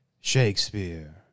Shakespeare